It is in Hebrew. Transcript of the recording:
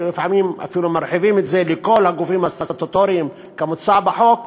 ולפעמים אפילו מרחיבים את זה לכל הגופים הסטטוטוריים כמוצע בחוק.